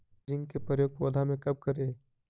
Zinc के प्रयोग पौधा मे कब करे?